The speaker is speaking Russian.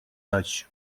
дач